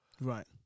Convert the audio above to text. Right